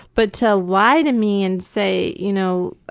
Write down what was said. but to lie to me and say, you know,